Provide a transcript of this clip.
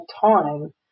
time